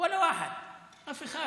(אומר בערבית ומתרגם:) אף אחד.